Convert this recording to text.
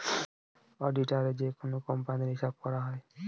অডিটারে যেকোনো কোম্পানির হিসাব করা হয়